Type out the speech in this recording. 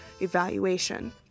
evaluation